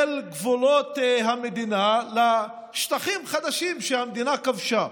של גבולות המדינה לשטחים חדשים שהמדינה כבשה,